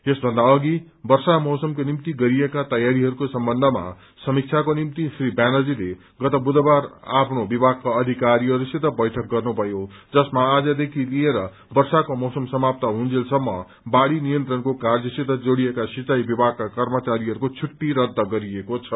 यसभन्दा अघि वर्षा मौसमको निम्ति गरिएका तयारीहरूको सम्बन्धमा समीक्षाको निम्ति श्री ब्यानर्जीले गत बुधबार आफ्नो विभागका अधिकारीहस्सित बैठक गर्नुभयो जसमा आजदेखि लिएर वर्षाको मौसम समाप्त हुन्जेलसम्म बाढ़ी नियन्त्रणको कार्यसित जोड़िएका सिंचाई विभागका कर्मचारीहरूको छुट्टी रद्द गरिएको छ